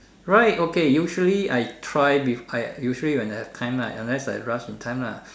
Ryde okay usually I try before I usually when I have time right unless I rush in time lah